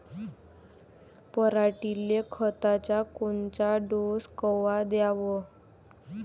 पऱ्हाटीले खताचा कोनचा डोस कवा द्याव?